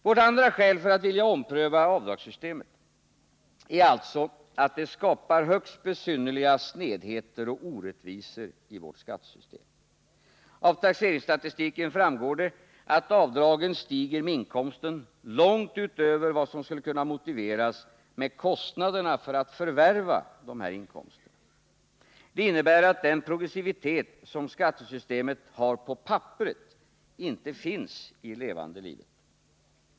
Vårt andra skäl för att vilja ompröva avdragssystemet är alltså att det skapar högst besynnerliga snedheter och orättvisor i vårt skattesystem. Av taxeringsstatistiken framgår det att avdragen stiger med inkomsterna långt utöver vad som skulle kunna motiveras med kostnaderna för att förvärva dessa inkomster. Det innebär att den progressivitet som skattesystemet har på papperet inte finns i levande livet.